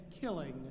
killing